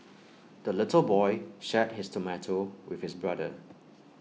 the little boy shared his tomato with his brother